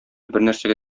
бернәрсәгә